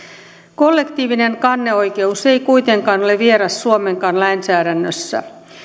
kollektiivinen kanneoikeus ei kuitenkaan ole vieras suomenkaan lainsäädännössä